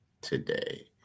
today